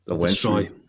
Destroy